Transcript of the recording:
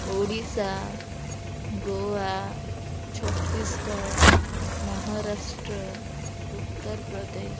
Odisha Goa Chhattisgarh Maharashtra Uttar Pradesh